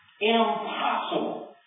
impossible